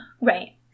right